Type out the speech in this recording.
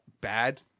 bad